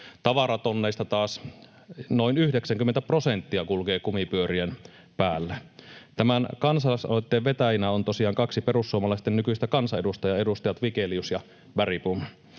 Tavaratonneista taas noin 90 prosenttia kulkee kumipyörien päällä. Tämän kansalaisaloitteen vetäjinä on tosiaan kaksi perussuomalaisten nykyistä kansanedustajaa, edustajat Vigelius ja Bergbom.